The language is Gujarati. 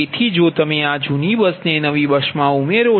તેથી જો તમે આ જૂની બસને નવી બસમાં ઉમેરો